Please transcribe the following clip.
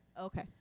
Okay